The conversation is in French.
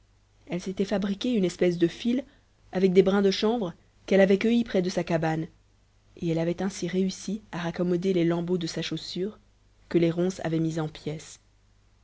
elle s'était fabriqué une espèce de fil avec des brins de chanvre qu'elle avait cueillis près de sa cabane et elle avait ainsi réussi à raccommoder les lambeaux de sa chaussure que les ronces avaient mise en pièces